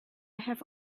have